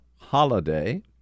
holiday